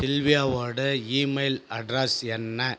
சில்வியாவோட email address என்ன